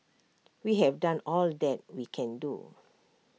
we have done all that we can do